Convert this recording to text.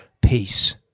Peace